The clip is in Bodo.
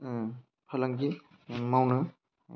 फालांगि मावनो